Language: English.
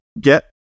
get